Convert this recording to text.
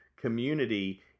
community